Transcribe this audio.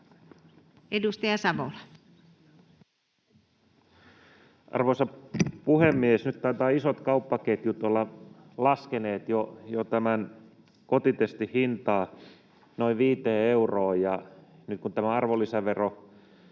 Content: Arvoisa puhemies! Nyt taitavat isot kauppaketjut olla laskeneet jo kotitestin hintaa noin viiteen euroon, ja nyt kun tämä arvonlisäveron